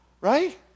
right